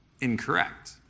incorrect